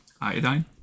iodine